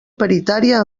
paritària